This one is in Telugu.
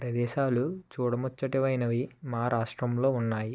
ప్రదేశాలు చూడముచ్చటైనవి మా రాష్ట్రంలో ఉన్నాయి